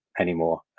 anymore